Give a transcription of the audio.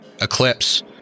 Eclipse